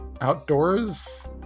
Outdoors